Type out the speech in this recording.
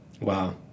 Wow